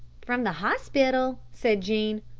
from the hospital? said jean.